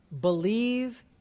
Believe